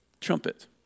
Trumpet